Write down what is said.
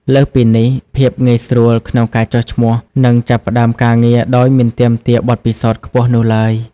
លើសពីនេះ ភាពងាយស្រួលក្នុងការចុះឈ្មោះ និងចាប់ផ្តើមការងារដោយមិនទាមទារបទពិសោធន៍ខ្ពស់នោះឡើយ។